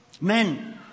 Men